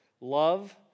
love